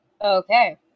Okay